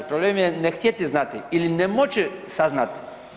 Problem je ne htjeti znati ili ne moći saznati.